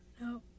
No